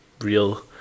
real